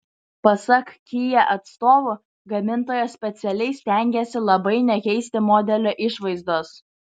pasak kia atstovų gamintojas specialiai stengėsi labai nekeisti modelio išvaizdos